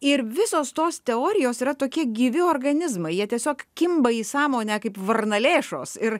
ir visos tos teorijos yra tokie gyvi organizmai jie tiesiog kimba į sąmonę kaip varnalėšos ir